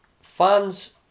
Fans